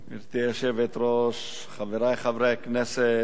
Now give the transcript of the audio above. גברתי היושבת-ראש, חברי חברי הכנסת,